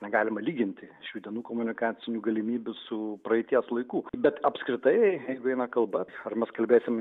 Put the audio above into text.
negalima lyginti šių dienų komunikacinių galimybių su praeities laikų bet apskritai jeigu eina kalba ar mes kalbėsim